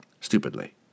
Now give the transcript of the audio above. Stupidly